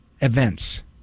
events